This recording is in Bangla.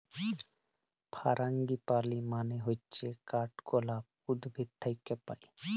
ফারাঙ্গিপালি মানে হচ্যে কাঠগলাপ উদ্ভিদ থাক্যে পায়